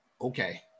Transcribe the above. Okay